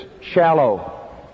shallow